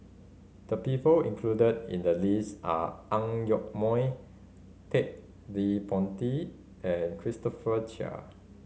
the people included in the list are Ang Yoke Mooi Ted De Ponti and Christopher Chia